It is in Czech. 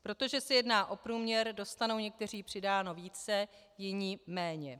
Protože se jedná o průměr, dostanou někteří přidáno více, jiní méně.